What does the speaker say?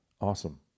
Awesome